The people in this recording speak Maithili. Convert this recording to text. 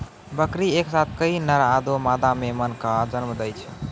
बकरी एक साथ कई नर आरो मादा मेमना कॅ जन्म दै छै